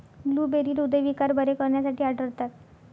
blueberry हृदयविकार बरे करण्यासाठी आढळतात